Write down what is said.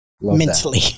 mentally